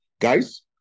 guys